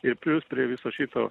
ir plius prie viso šito